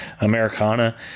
Americana